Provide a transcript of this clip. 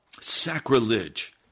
sacrilege